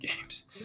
games